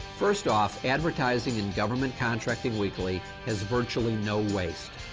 first off, advertising in government contracting weekly has virtually no waste.